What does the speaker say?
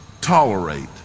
tolerate